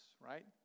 right